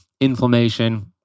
inflammation